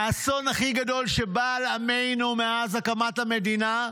האסון הכי גדול שבא על עמנו מאז הקמת המדינה,